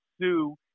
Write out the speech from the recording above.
sue